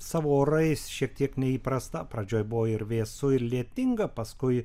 savo orais šiek tiek neįprasta pradžioj buvo ir vėsu ir lietinga paskui